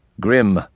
grim